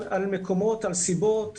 מקומות, על סיבות.